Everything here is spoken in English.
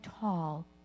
tall